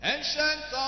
Ancient